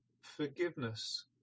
Forgiveness